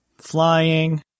flying